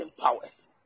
powers